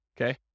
okay